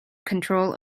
control